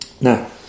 Now